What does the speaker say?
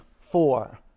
four